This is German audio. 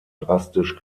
drastisch